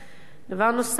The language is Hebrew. דבר נוסף,